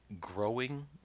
growing